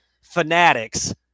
fanatics